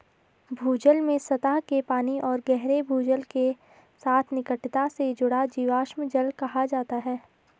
भूजल में सतह के पानी और गहरे भूजल के साथ निकटता से जुड़ा जीवाश्म जल कहा जाता है